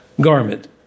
garment